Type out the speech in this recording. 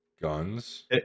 Guns